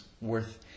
worth